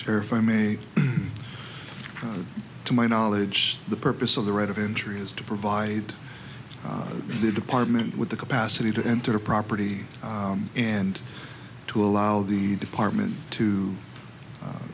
terrify me to my knowledge the purpose of the right of entry is to provide the department with the capacity to enter the property and to allow the department to